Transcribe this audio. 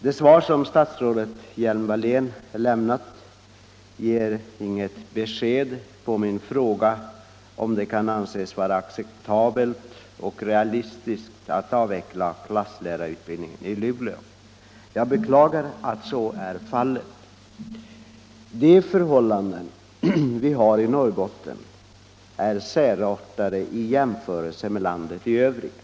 Det svar som statsrådet Hjelm-Wallén lämnat ger inget besked om det kan anses vara acceptabelt och realistiskt att avveckla klasslärarutbildningen i Luleå. Jag beklagar att så är fallet. De förhållanden vi har i Norrbotten är särartade i jämförelse med för hållandena i landet i övrigt.